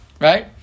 right